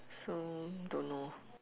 so don't know